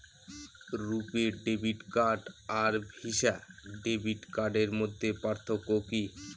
রূপে debit card আর visa debit কার্ডের মধ্যে পার্থক্য কি?